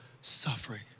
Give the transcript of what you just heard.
suffering